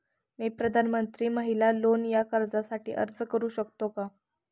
मी प्रधानमंत्री महिला लोन या कर्जासाठी अर्ज करू शकतो का?